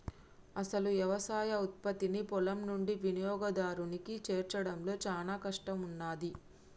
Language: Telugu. అసలు యవసాయ ఉత్పత్తిని పొలం నుండి వినియోగదారునికి చేర్చడంలో చానా కష్టం ఉన్నాది